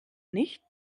nicht